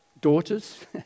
daughters